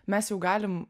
mes jau galim